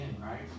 right